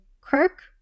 Kirk